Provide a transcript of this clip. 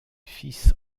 fils